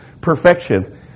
Perfection